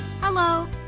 Hello